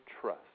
trust